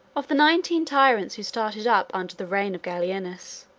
of the nineteen tyrants who started up under the reign of gallienus,